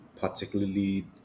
particularly